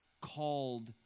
called